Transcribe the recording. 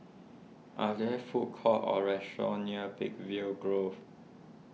are there food courts or restaurants near Peakville Grove